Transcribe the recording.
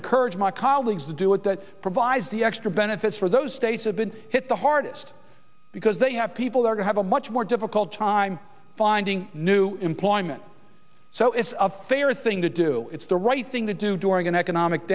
encourage my colleagues to do it that provides the extra benefits for those states have been hit the hardest because they have people there who have a much more difficult time finding new employment so it's a fair thing to do it's the right thing to do during an economic